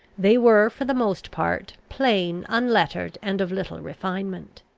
they were, for the most part, plain, unlettered, and of little refinement.